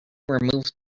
removed